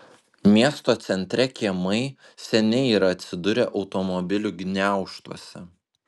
miesto centre kiemai seniai yra atsidūrę automobilių gniaužtuose